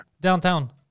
Downtown